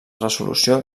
resolució